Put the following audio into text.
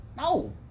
No